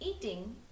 eating